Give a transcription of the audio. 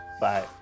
bye